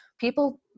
people